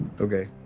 okay